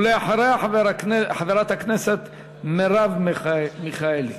אחריה, חברת הכנסת מרב מיכאלי.